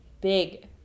big